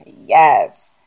Yes